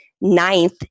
ninth